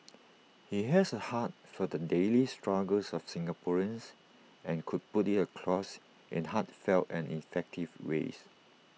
he has A heart for the daily struggles of Singaporeans and could put IT across in heartfelt and effective ways